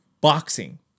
boxing